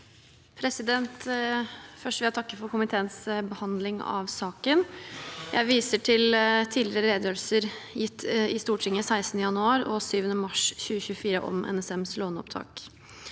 Først vil jeg takke for komiteens behandling av saken. Jeg viser til tidligere redegjørelser gitt i Stortinget 16. januar og 7. mars 2024 om NSMs låneopptak.